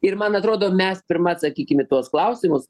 ir man atrodo mes pirma atsakykim į tuos klausimus